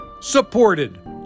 supported